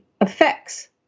effects